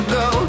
go